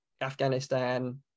afghanistan